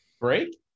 Break